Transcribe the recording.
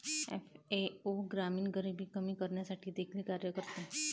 FAO ग्रामीण गरिबी कमी करण्यासाठी देखील कार्य करते